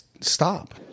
stop